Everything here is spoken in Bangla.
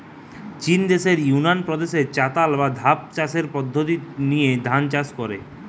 চিন দেশের ইউনান প্রদেশে চাতাল বা ধাপ চাষের পদ্ধোতি লিয়ে ধান চাষ কোরা